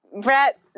Brett